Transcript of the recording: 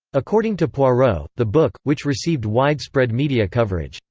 according to poirot, the book, which received widespread media coverage,